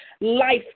life